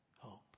hope